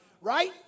Right